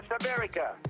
America